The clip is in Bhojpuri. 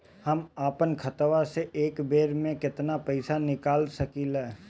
हम आपन खतवा से एक बेर मे केतना पईसा निकाल सकिला?